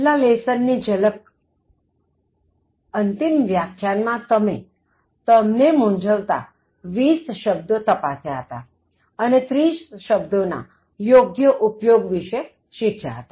છેલ્લાં લેસનની ઝલક અંતિમ વ્યાખ્યાન માં તમે તમને મૂંઝવતા 20 શબ્દો તપાસ્યા હતા અને 30 શબ્દોના યોગ્ય ઉપયોગ વિશે શીખ્યા હતા